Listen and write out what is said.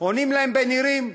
עונים להם בנירים: